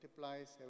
multiplies